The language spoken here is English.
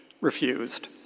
refused